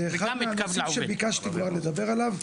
זה אחד מהנושאים שכבר ביקשתי לדבר עליו,